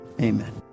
amen